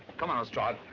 come on lestrade.